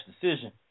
decision